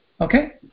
Okay